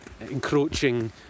encroaching